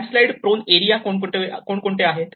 land slide prone area कोणते आहेत